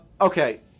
Okay